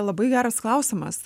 labai geras klausimas